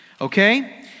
okay